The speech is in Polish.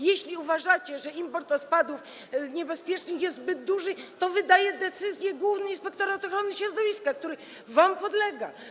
Jeśli uważacie, że import odpadów niebezpiecznych jest zbyt duży, to decyzje wydaje Główny Inspektorat Ochrony Środowiska, który wam podlega.